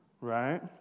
right